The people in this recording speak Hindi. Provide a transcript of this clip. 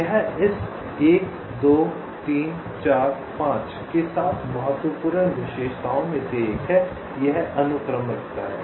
यह इस 1 2 3 4 5 के साथ बहुत महत्वपूर्ण विशेषताओं में से एक है यह अनुक्रम रखता है